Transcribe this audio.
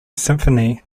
symphony